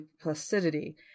placidity